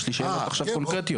יש לי שאלות עכשיו קונקרטיות.